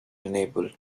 unable